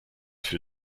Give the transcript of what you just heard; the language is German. für